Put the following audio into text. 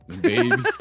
baby